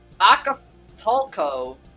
Acapulco